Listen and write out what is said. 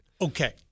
Okay